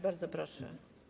Bardzo proszę.